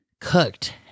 cooked